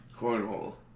Cornhole